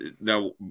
now